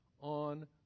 on